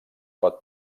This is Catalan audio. pot